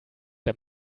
der